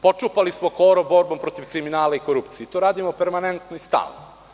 Počupali smo korov borbom protiv kriminala i korupcije i to radimo permanentno i stalno.